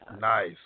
Nice